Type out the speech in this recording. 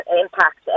impact